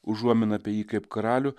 užuomina apie jį kaip karalių